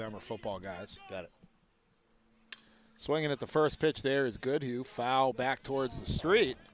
them are football guys that swing at the first pitch there is good or you foul back towards the street